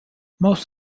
most